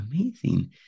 amazing